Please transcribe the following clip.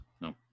No